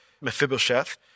Mephibosheth